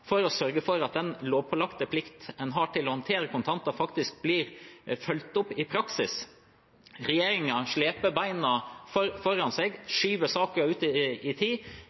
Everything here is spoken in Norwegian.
for å sørge for at den lovpålagte plikten en har til å håndtere kontanter, faktisk blir fulgt opp i praksis. Regjeringen sleper beina etter seg, skyver saken ut i tid.